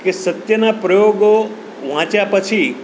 કે સત્યના પ્રયોગો વાંચ્યા પછી